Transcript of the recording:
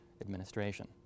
administration